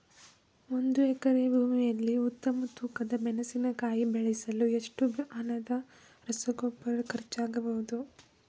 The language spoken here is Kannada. ಒಂದು ಎಕರೆ ಭೂಮಿಯಲ್ಲಿ ಉತ್ತಮ ತೂಕದ ಮೆಣಸಿನಕಾಯಿ ಬೆಳೆಸಲು ಎಷ್ಟು ಹಣದ ರಸಗೊಬ್ಬರ ಖರ್ಚಾಗಬಹುದು?